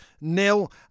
nil